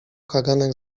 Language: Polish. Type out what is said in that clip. kaganek